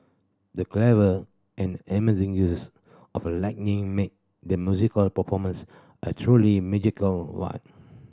the clever and amazing use of lighting made the musical performance a truly magical one